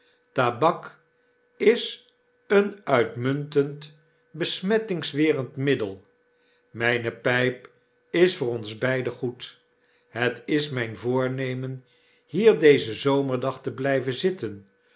tabak is een uitmuntend besmettingwerend middel myne pyp is voor ons beiden goed het is myn voornemen hier dezen zomerdag te blyven zitten